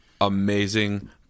amazing